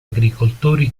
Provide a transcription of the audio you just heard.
agricoltori